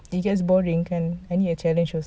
it gets boring kan I need a challenge also